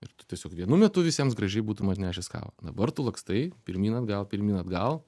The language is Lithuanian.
ir tu tiesiog vienu metu visiems gražiai būtum atnešęs kavą dabar tu lakstai pirmyn atgal pirmyn atgal